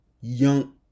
Young